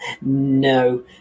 No